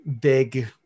big